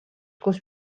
kus